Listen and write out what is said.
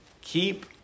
keep